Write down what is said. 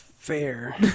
Fair